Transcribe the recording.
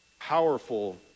Powerful